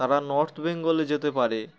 তারা নর্থ বেঙ্গলে যেতে পারে